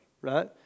right